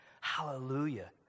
Hallelujah